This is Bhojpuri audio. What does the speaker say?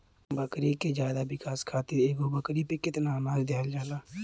बकरी के ज्यादा विकास खातिर एगो बकरी पे कितना अनाज देहल जाला?